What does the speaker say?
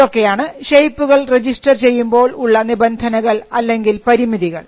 ഇതൊക്കെയാണ് ഷേപ്പുകൾ രജിസ്റ്റർ ചെയ്യുമ്പോൾ ഉള്ള നിബന്ധനകൾ അല്ലെങ്കിൽ പരിമിതികൾ